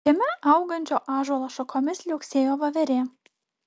kieme augančio ąžuolo šakomis liuoksėjo voverė